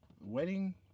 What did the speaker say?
wedding